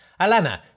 Alana